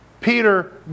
Peter